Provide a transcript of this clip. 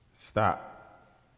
Stop